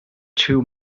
two